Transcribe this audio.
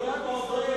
העובדות.